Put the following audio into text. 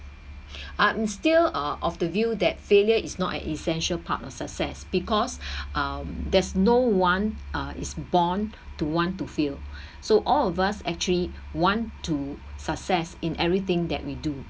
I am still uh of the view that failure is not a essential part of success because um there is no one uh is born to want to fail so all of us actually want to success in everything that we do